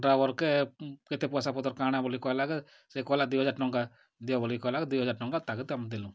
driver କେ କେତେ ପଇସା ପତ୍ର କାଁଣ ବୋଲି କହିଲାକୁ ସେ କହିଲା ଦୁଇ ହଜାର ଟଙ୍କା ଦିଅ ବୋଲି କହିଲା ଦୁଇ ହଜାର ଟଙ୍କା ତାକୁ ଆମେ ଦେଲୁ